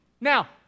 now